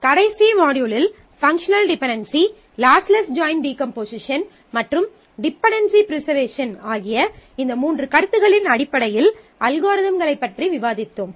கடைசி மாட்யூலில் functional dependency lossless join decomposition மற்றும் டிபென்டென்சி ப்ரிஸர்வேஷன் ஆகிய இந்த மூன்று கருத்துகளின் அடிப்படையில் அல்காரிதம்களைப் பற்றி விவாதித்தோம்